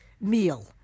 meal